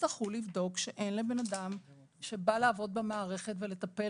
יצטרכו לבדוק שאין לבן אדם שבא לעבוד במערכת ולטפל